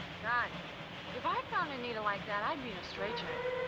god if i found a needle like that i'd be in a straitjacket.